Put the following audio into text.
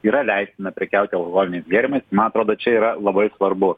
yra leistina prekiauti alkoholiniais gėrimais man atrodo čia yra labai svarbu